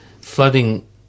flooding